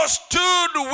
stood